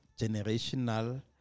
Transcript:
generational